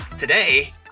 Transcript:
Today